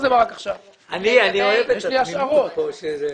אני אוהב את התמימות כאן.